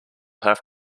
have